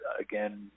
Again